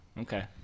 Okay